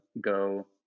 go